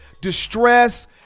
distress